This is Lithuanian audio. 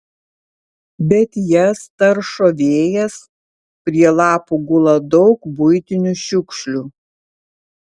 bet jas taršo vėjas prie lapų gula daug buitinių šiukšlių